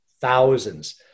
thousands